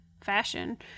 fashion